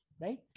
right